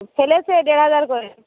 চেলেওছে এই দেড় হাজার করে